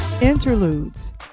interludes